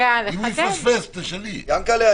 גם ל-VC.